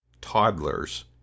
toddlers